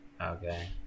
okay